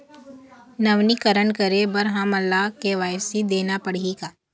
नवीनीकरण करे बर हमन ला के.वाई.सी देना पड़ही का?